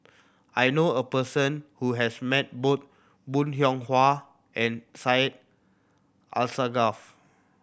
I know a person who has met both Bong Hiong Hwa and Syed Alsagoff